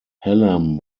hallam